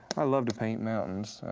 i love to paint mountains.